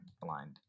blind